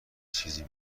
چیزی